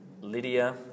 Lydia